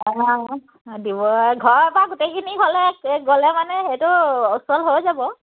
দিব ঘৰৰপৰা গোটেইখিনি হ'লে গ'লে মানে সেইটো ওচৰ হৈ যাব